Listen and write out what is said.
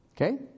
Okay